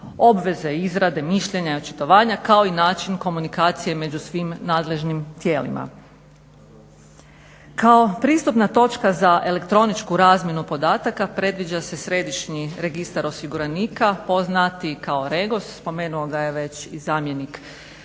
obveze izrade mišljenja i očitovanja kao i način komunikacije među svim nadležnim tijelima. Kao pristupna točka za elektroničku razmjenu podataka predviđa se Središnji registar osiguranika poznatiji kao REGOS, spomenuo ga je već i zamjenik